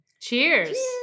cheers